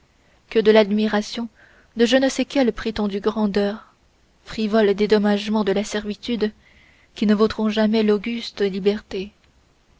que de l'admiration de je ne sais quelles prétendues grandeurs frivoles dédommagements de la servitude qui ne vaudront jamais l'auguste liberté